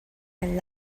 and